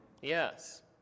yes